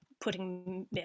putting